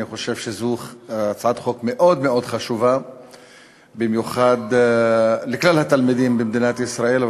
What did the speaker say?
אני חושב שזו הצעת חוק מאוד מאוד חשובה לכלל התלמידים במדינת ישראל,